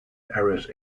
errors